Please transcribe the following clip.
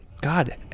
god